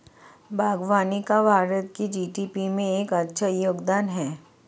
बागवानी का भारत की जी.डी.पी में एक अच्छा योगदान है